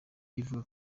rivuga